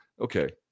Okay